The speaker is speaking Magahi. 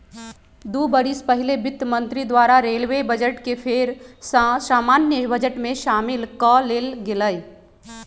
दू बरिस पहिले वित्त मंत्री द्वारा रेलवे बजट के फेर सँ सामान्य बजट में सामिल क लेल गेलइ